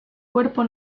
cuerpo